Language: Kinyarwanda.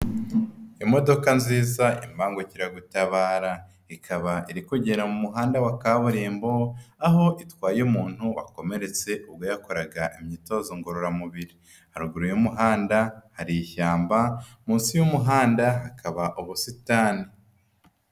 Imodoka nziza y'Imbangukiragutabara, ikaba iri kugera mu muhanda wa kaburimbo, aho itwaye umuntu wakomeretse ubwo yakoraga imyitozo ngororamubiri, haruguru y'umuhanda hari ishyamba, munsi y'umuhanda hakaba ubusitani.